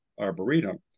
Arboretum